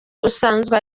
usanzwe